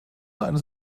eines